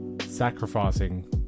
sacrificing